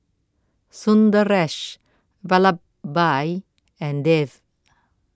Sundaresh Vallabhbhai and Dev